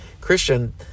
Christian